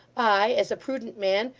i, as a prudent man,